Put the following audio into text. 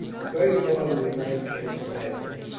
the first part of the night passed quietly.